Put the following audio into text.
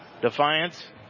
Defiance